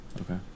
okay